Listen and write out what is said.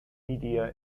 media